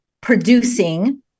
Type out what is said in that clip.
producing